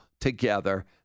together